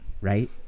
Right